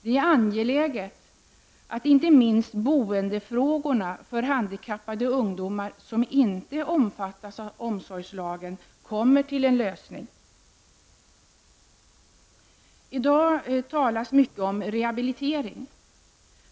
Det är angeläget att inte minst boendefrågorna när det gäller handikappade ungdomar som inte omfattas av omsorgslagen får en lösning. I dag talas det mycket om rehabilitering.